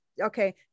okay